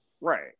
Right